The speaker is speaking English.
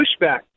pushback